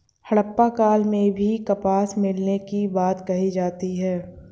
हड़प्पा काल में भी कपास मिलने की बात कही जाती है